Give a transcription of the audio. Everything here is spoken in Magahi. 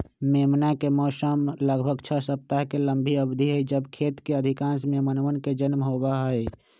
मेमना के मौसम लगभग छह सप्ताह के लंबी अवधि हई जब खेत के अधिकांश मेमनवन के जन्म होबा हई